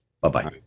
Bye-bye